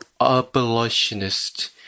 abolitionist